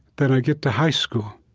then i get to high school.